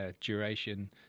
Duration